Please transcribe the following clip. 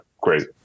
crazy